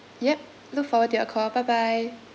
yup look forward to your call bye bye